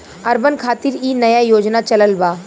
urban खातिर इ नया योजना चलल बा